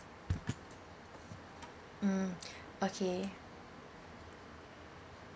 mm okay